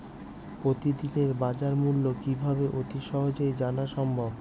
প্রতিদিনের বাজারমূল্য কিভাবে অতি সহজেই জানা সম্ভব?